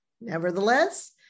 nevertheless